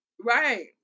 Right